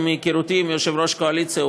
ומהיכרותי עם יושב-ראש הקואליציה הוא